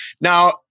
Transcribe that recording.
now